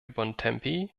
bontempi